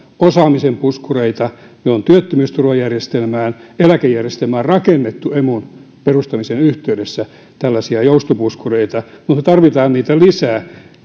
osaamisen puskureita meillä on työttömyysturvajärjestelmään eläkejärjestelmään rakennettu emun perustamisen yhteydessä tällaisia joustopuskureita mutta me tarvitsemme niitä lisää